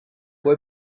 fue